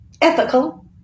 ethical